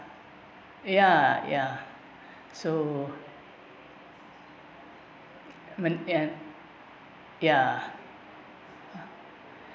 ya ya so menin~ ya